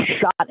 shot